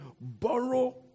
borrow